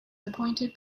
appointed